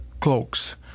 cloaks